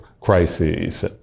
crises